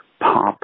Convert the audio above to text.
pop